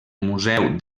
museu